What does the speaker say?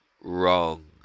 Wrong